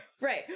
Right